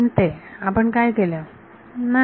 कोणते आपण काय केले नाही